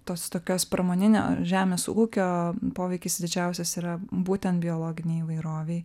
tos tokios pramoninio žemės ūkio poveikis didžiausias yra būtent biologinei įvairovei